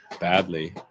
badly